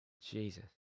Jesus